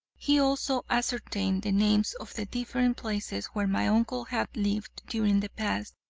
he also ascertained the names of the different places where my uncle had lived during the past,